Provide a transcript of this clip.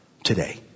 Today